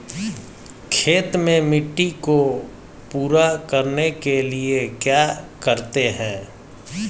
खेत में मिट्टी को पूरा करने के लिए क्या करते हैं?